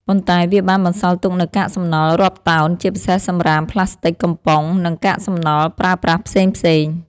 ប៉ុន្តែវាបានបន្សល់ទុកនូវកាកសំណល់រាប់តោន ជាពិសេសសម្រាមផ្លាស្ទិក កំប៉ុង និងកាកសំណល់ប្រើប្រាស់ផ្សេងៗ។